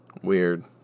Weird